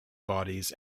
bodies